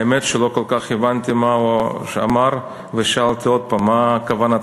האמת שלא כל כך הבנתי מה הוא אמר ושאלתי עוד הפעם: מה כוונתך?